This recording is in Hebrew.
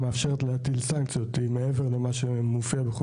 מאפשרת בנוסף להפעיל סנקציות במקרה הצורך.